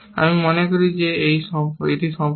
আমি মনে করি যে এটি সম্পর্কে